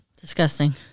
Disgusting